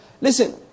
Listen